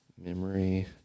Memory